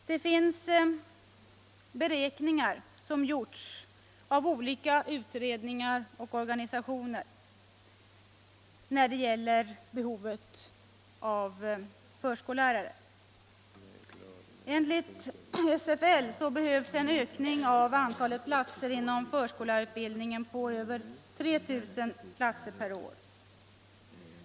Det finns beräkningar när det gäller behovet av förskollärare som gjorts av olika utredningar och organisationer. Enligt SFL behövs en ökning av antalet platser inom förskollärarutbildningen på över 3 000 per år.